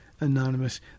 Anonymous